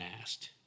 asked